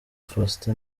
faustin